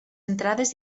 entrades